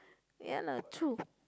ya lah true